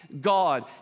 God